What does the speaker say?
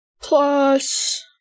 Plus